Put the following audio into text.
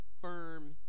firm